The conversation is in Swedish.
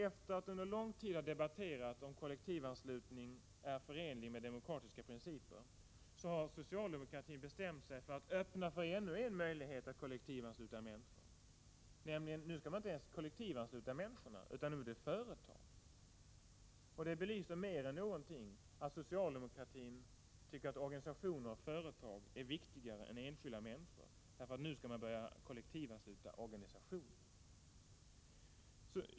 Efter att under lång tid ha debatterat om kollektivanslutning är förenlig med demokratiska principer har socialdemokratin bestämt sig för att öppna för ännu en möjlighet till kollektivanslutning. Nu är det nämligen inte människorna man skall kollektivansluta, utan nu är det företag. Det belyser mer än någonting att socialdemokratin tycker att organisationer och företag är viktigare än enskilda människor — för nu skall man börja kollektivansluta organisationer.